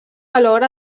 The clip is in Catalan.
alhora